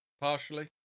Partially